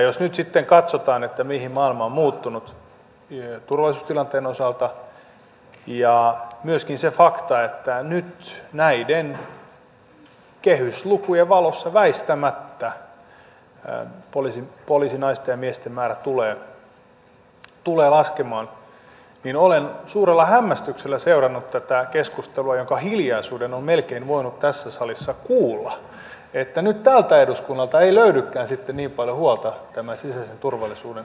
jos nyt sitten katsotaan mihin maailma on muuttunut turvallisuustilanteen osalta ja myöskin sitä faktaa että nyt näiden kehyslukujen valossa väistämättä poliisinaisten ja miesten määrä tulee laskemaan niin olen suurella hämmästyksellä seurannut tätä keskustelua jonka hiljaisuuden on melkein voinut tässä salissa kuulla että nyt tältä eduskunnalta ei löydykään sitten niin paljon huolta sisäisen turvallisuuden huolehtimisen tilanteeseen